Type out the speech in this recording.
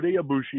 Abushi